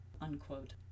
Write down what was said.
unquote